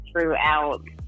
throughout